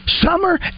summer